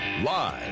Live